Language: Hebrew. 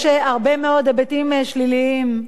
יש הרבה מאוד היבטים שליליים,